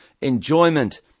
enjoyment